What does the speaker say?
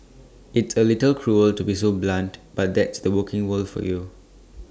it's A little cruel to be so blunt but that's the working world for you